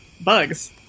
bugs